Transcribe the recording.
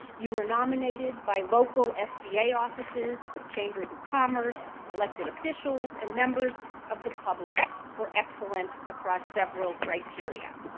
you are nominated by local sba offices, chambers of commerce, elected officials and members of the public for excellence across several criteria.